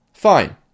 Fine